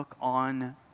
on